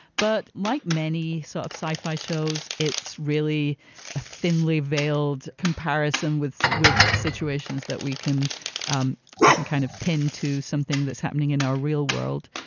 but like many sort of sci fi shows, it's really a thinly veiled comparison with with situations that we can um we can kind of pin to something that's happening in our real world.